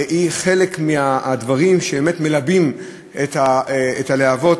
והיא חלק מהדברים שבאמת מלבים את הלהבות,